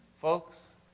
folks